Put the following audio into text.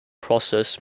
process